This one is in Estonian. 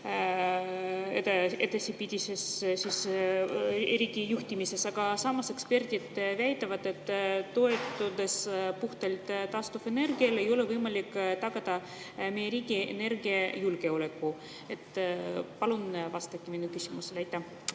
taastuvenergiale, eriti juhtimises, aga samas eksperdid väidavad, et toetudes puhtalt taastuvenergiale ei ole võimalik tagada meie riigi energiajulgeolekut. Palun vastake minu küsimusele.